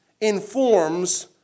informs